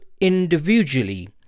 individually